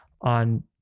On